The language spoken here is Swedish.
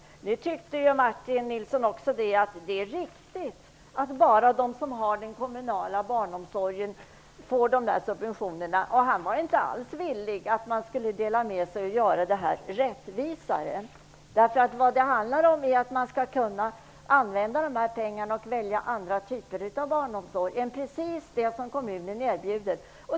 Nu tyckte ju Martin Nilsson att det är riktigt att bara de som har den kommunala barnomsorgen får dessa subventioner. Han var inte alls villig att gå med på att de delar med sig och att det görs mer rättvist. Vad det handlar om är att föräldrar skall kunna använda de här pengarna för att välja andra typer av barnomsorg än precis den som kommunen erbjuder.